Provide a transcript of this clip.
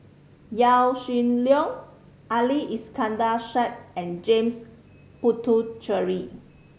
Yaw Shin Leong Ali Iskandar Shah and James Puthucheary